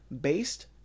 based